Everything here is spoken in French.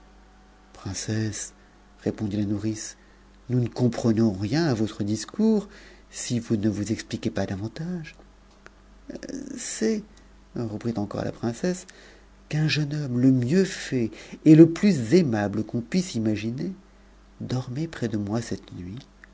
princesse répondit la nourrice nous ne comprenons rien à votre discours si vouso vous expliquez pas davantage c'est reprit encore la princesse qu'un jeune homme le mieu tait et le plus aimable qu'on puisse imaginer dormait près de moi cette nuit